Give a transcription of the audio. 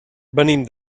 venim